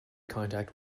contact